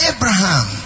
Abraham